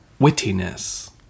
wittiness